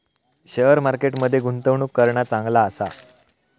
share market मध्ये गुंतवणूक करणा चांगला आसा